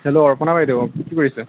hello Arpana বাইদেউ কি কৰি আছে